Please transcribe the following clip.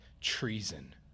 treason